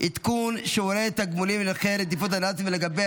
עדכון שיעורי תגמולים לנכי רדיפות הנאצים ולגבי